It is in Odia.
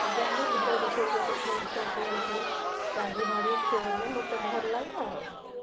ଯା ହଉ ଘରେ ରୋଷେଇ କରି ସମସ୍ତଙ୍କୁ ଏମିତି ରାନ୍ଧି ବାଡ଼ି ଖୁଆଇଲେ ମୋତେ ଭଲ ଲାଗେ ଆଉ